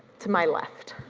to my left.